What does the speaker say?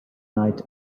night